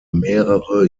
mehrere